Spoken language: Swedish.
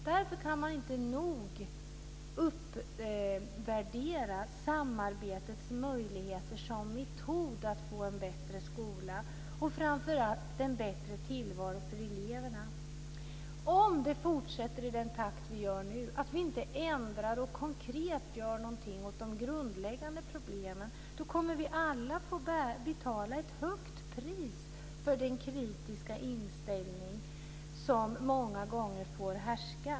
Därför kan man inte nog uppskatta samarbetet som metod för att få en bättre skola och framför allt en bättre tillvaro för eleverna. Om det fortsätter i den takt som råder nu och om vi inte ändrar och konkret gör någonting åt de grundläggande problemen kommer vi alla att få betala ett högt pris för den kritiska inställning som många gånger får härska.